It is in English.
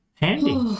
Handy